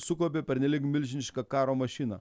sukaupė pernelyg milžinišką karo mašiną